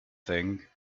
thing